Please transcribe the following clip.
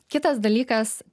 kitas dalykas